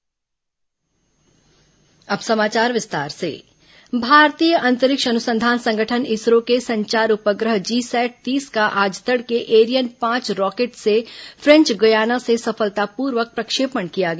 इसरो उपग्रह प्रक्षेपण भारतीय अंतरिक्ष अनुसंधान संगठन इसरो के संचार उपग्रह जीसैट तीस का आज तड़के एरियन पांच रॉकेट से फ्रेंच गयाना से सफलतापूर्वक प्रक्षेपण किया गया